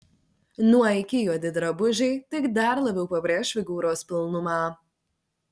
nuo iki juodi drabužiai tik dar labiau pabrėš figūros pilnumą